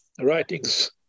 writings